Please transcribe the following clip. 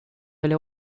väl